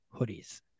hoodies